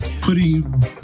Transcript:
putting